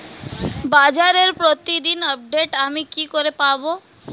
বাজারের প্রতিদিন আপডেট আমি কি করে পাবো?